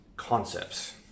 Concepts